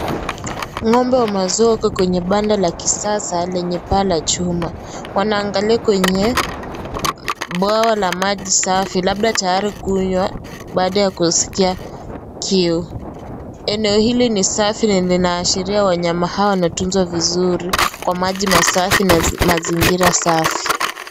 Ngombe wa maziwa wako kwenye banda la kisasa lenye paa la chuma , wanaangalia kwenye bwaga la maji safi labda tayari kunywa baada ya kusikia kiu, eneo hili ni safi na linaashiria wanyama hawa wametuzwa vizuri kwa maji mazuri na mazingira safi.